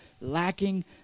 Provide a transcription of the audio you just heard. Lacking